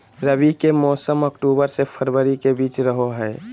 रबी के मौसम अक्टूबर से फरवरी के बीच रहो हइ